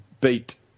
beat